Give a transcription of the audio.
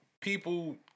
people